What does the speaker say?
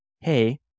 Hey